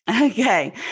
Okay